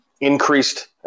increased